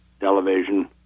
television